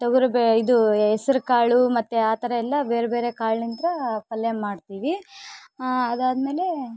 ತೊಗರಿ ಬೆ ಇದು ಹೆಸ್ರ್ ಕಾಳು ಮತ್ತು ಆ ಥರ ಎಲ್ಲ ಬೇರೆಬೇರೆ ಕಾಳಿನಿಂದ ಪಲ್ಯ ಮಾಡ್ತೀವಿ ಅದಾದ್ಮೇಲೆ